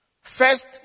First